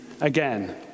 again